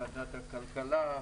ועדת הכלכלה,